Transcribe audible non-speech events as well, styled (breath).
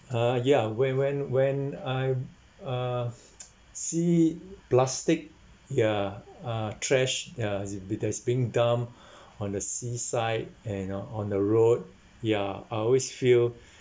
uh ya when when when I uh (noise) see plastic ya uh trash ya has been that's being dumped (breath) on the seaside and you know on the road ya I always feel (breath)